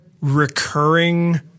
recurring